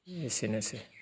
एसेनोसै